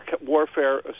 Warfare